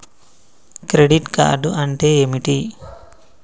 Credit card అంటే ఏమిటి?